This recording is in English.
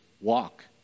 walk